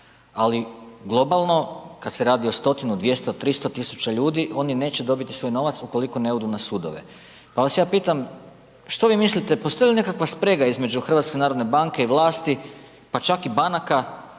ali globalno kad se radi o stotinu, 200, 300 000 ljudi, oni neće dobiti svoj novac ukoliko ne odu na sudove, pa vas ja pitam, što vi mislite, postoji li nekakva sprega između HNB-a i vlasti, pa čak i banaka